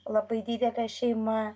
labai didelė šeima